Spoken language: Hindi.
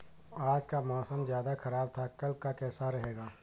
आज का मौसम ज्यादा ख़राब था कल का कैसा रहेगा?